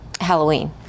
Halloween